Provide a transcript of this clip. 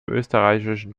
österreichischen